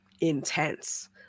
intense